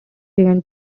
began